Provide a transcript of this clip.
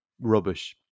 rubbish